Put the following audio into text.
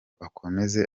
akomeze